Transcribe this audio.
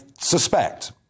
suspect